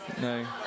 no